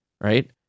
right